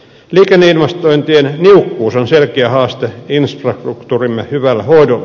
liikenneinvestointien niukkuus on selkeä haaste infrastruktuurimme hyvälle hoidolle